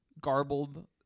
garbled